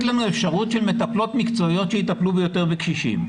לנו אפשרות של מטפלות מקצועיות שיטפלו ביותר קשישים.